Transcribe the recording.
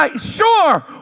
sure